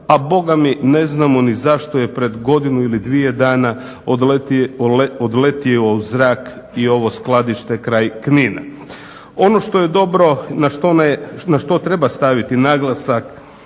a bogami ne znamo zašto je pred godinu ili dvije dana odletio u zrak i ovo skladište kraj Knina. Ono što je dobro na što treba staviti naglasak